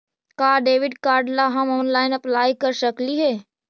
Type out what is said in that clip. का debit card ला हम ऑनलाइन अप्लाई कर सकली हे?